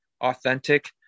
authentic